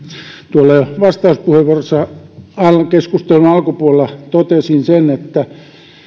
tuolla jo vastauspuheenvuorossa keskustelun alkupuolella totesin sen että